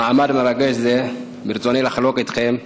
במעמד מרגש זה ברצוני לחלוק איתכם,